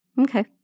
Okay